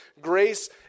grace